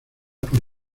por